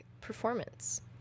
performance